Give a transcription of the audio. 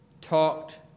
talked